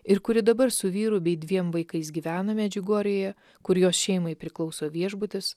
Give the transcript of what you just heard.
ir kuri dabar su vyru bei dviem vaikais gyvena medžiugorjėje kur jos šeimai priklauso viešbutis